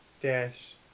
dash